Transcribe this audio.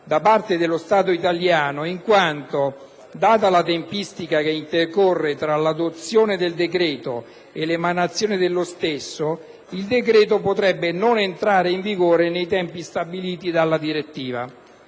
da parte dello Stato italiano in quanto, data la tempistica che intercorre tra l'adozione del decreto e l'emanazione dello stesso, il decreto potrebbe non entrare in vigore nei tempi stabiliti dalla direttiva.